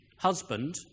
husband